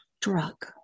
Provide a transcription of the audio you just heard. drug